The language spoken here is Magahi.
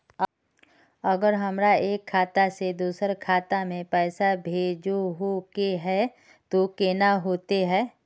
अगर हमरा एक खाता से दोसर खाता में पैसा भेजोहो के है तो केना होते है?